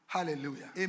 Hallelujah